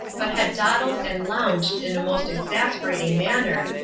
but had dawdled and lounged in a most exasperating manner,